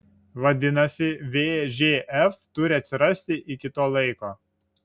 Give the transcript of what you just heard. vadinasi vžf turi atsirasti iki to laiko